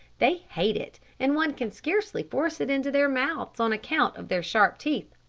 they hate it, and one can scarcely force it into their mouths on account of their sharp teeth.